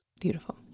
Beautiful